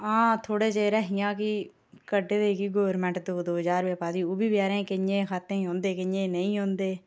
आं थोह्ड़े चिर ऐ हियां की कड्डे दे की गौरमैंट दो दो ज्हार रपे पा दी ओह् बी बचौरे केईंएं दे खातें औंदे केइएं दे नेई आंदे